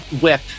whip